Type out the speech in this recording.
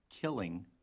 killing